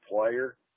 player